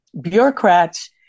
bureaucrats